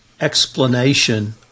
explanation